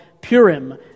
Purim